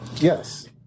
Yes